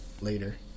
later